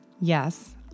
yes